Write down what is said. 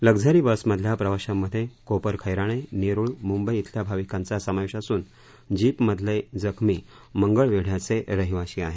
luxury बसमधल्या प्रवाशांमधे कोपर खैराणे नेरुळ मुंबई श्रिल्या भाविकांचा समावेश असून जीपमधले जखमी मंगळवेढ्याचे रहिवाशी आहेत